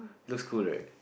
looks cool right